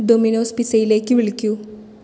dominoes പിസ്സയിലേക്ക് വിളിക്കൂ